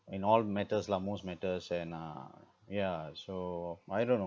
in all matters lah most matters and uh ya so I don't know